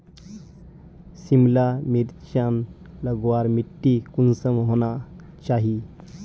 सिमला मिर्चान लगवार माटी कुंसम होना चही?